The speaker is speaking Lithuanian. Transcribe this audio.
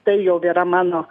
tai jau yra mano